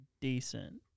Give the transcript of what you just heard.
decent